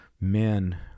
men